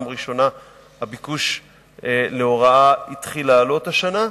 ראשונה הביקוש להוראה התחיל לעלות השנה,